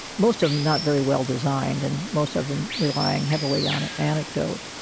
most of them not very well designed and most of them relying heavily on ah anecdote.